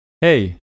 hey